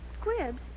Squibs